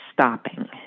stopping